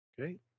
Okay